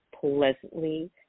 pleasantly